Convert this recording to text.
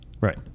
right